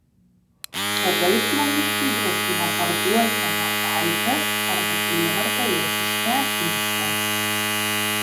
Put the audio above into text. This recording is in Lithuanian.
tada islamistai grasino parduosią mergaites arba prievarta jas ištekinsią